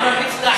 עמרם מצנע,